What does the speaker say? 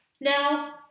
Now